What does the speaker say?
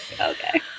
Okay